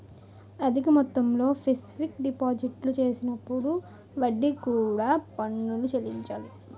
అధిక మొత్తంలో ఫిక్స్ డిపాజిట్లు చేసినప్పుడు వడ్డీకి కూడా పన్నులు చెల్లించాలి